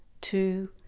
two